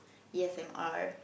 E S M R